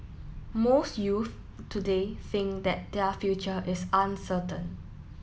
most youth today think that their future is uncertain